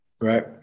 right